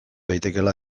daitekeela